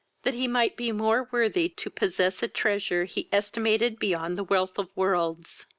that he might be more worthy to possess a treasure he estimated beyond the wealth of worlds